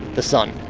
the sun.